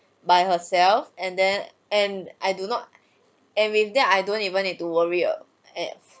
by herself and then and I do not and with that I don't even need to worry err